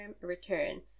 return